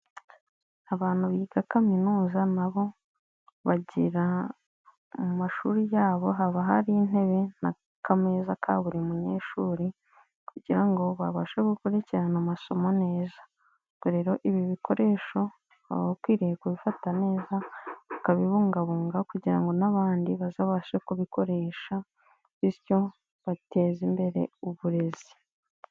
Abantu biga kaminuza na bo bagira mu mashuri yabo haba hari intebe na kameza ka buri munyeshuri kugira ngo babashe gukurikirana amasomo neza, ubwo rero ibi bikoresho baba bakwiriye kubifata neza bakabibungabunga kugira ngo n'abandi bazabashe kubikoresha bityo bateza imbere uburezi.